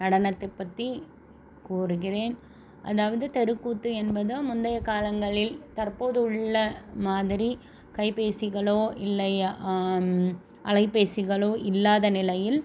நடனத்தை பற்றி கூறுகிறேன் அதாவது தெருக்கூத்து என்பது முந்தைய காலங்களில் தற்போது உள்ள மாதிரி கைப்பேசிகளோ இல்லை அலைப்பேசிகளோ இல்லாத நிலையில்